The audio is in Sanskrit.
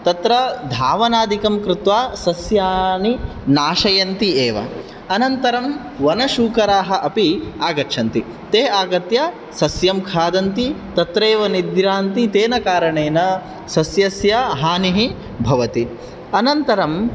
तत्र धावनादिकं कृत्वा सस्यानि नाशयन्ति एव अनन्तरं वनशूकराः अपि आगच्छन्ति ते आगत्य सस्यं खादन्ति तत्रैव निद्रान्ति तेन कारणेन सस्यस्य हानिः भवति अनन्तरम्